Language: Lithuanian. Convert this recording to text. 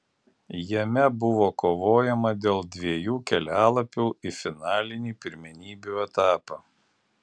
jame buvo kovojama dėl dviejų kelialapių į finalinį pirmenybių etapą